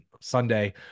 Sunday